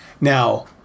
Now